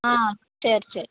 ஆ செரி செரி